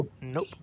Nope